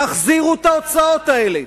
תחזירו את ההוצאות האלה.